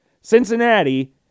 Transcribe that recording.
Cincinnati